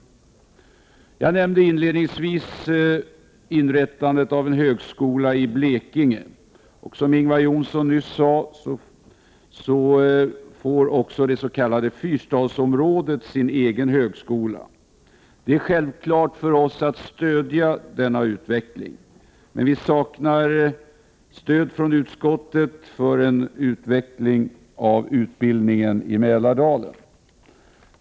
59 Jag nämnde inledningsvis inrättandet av en högskola i Blekinge. Som Ingvar Johnsson sade får det s.k. fyrstadsområdet i år sin egen högskola. Det är självklart för oss att stödja denna utveckling, men vi saknar ett stöd från utskottet för en utveckling av utbildningen i Mälardalen.